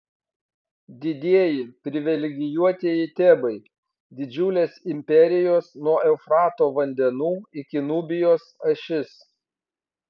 didieji privilegijuotieji tebai didžiulės imperijos nuo eufrato vandenų iki nubijos ašis